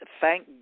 thank